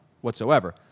whatsoever